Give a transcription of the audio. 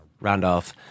Randolph